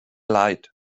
leid